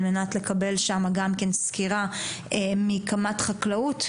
על מנת לקבל שם סקירה מקמ"ט חקלאות,